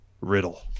Riddle